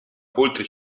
oltre